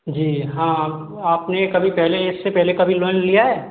जी हाँ आपने आपने कभी पहले इससे पहले कभी लोन लिया है